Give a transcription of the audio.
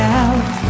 out